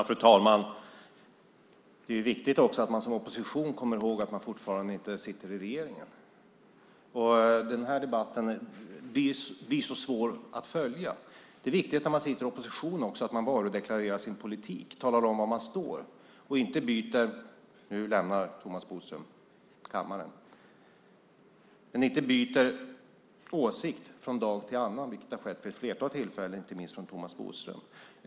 Fru talman! Det är också viktigt att man som opposition kommer ihåg att man inte sitter i regeringen längre. Den här debatten blir så svår att följa. När man sitter i opposition är det också viktigt att man varudeklarerar sin politik, talar om var man står och inte byter - nu lämnar Thomas Bodström kammaren - åsikt från dag till annan, vilket har skett vid ett flertal tillfällen, inte minst från Thomas Bodströms sida.